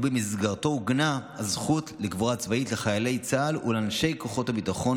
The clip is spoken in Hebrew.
ובמסגרתו עוגנה הזכות לקבורה צבאית לחיילי צה"ל ואנשי כוחות הביטחון,